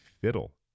fiddle